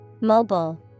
Mobile